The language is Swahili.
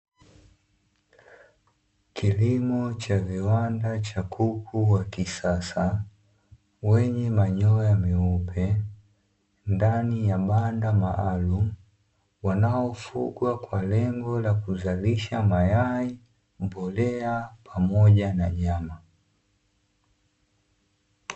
Kilimo cha viwanda cha kuku wa kisasa, wenye manyoya meupe ndani ya banda maalumu, wanaofugwa kwa lengo la kuzalisha mayai, mbolea pamoja na nyama.